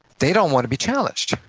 they don't wanna be challenged,